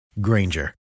Granger